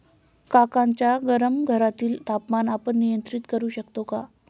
काकांच्या गरम घरातील तापमान आपण नियंत्रित करु शकतो का?